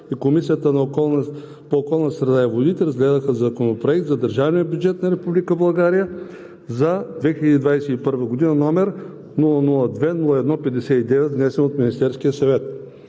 и Комисията по околната среда и водите разгледаха Законопроект за държавния бюджет на Република България за 2021 г., № 002-01-59, внесен от Министерския съвет.